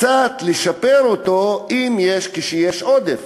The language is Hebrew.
באפליה מתקנת, קצת ישתפר, אם יש, כשיש עודף.